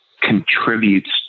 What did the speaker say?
contributes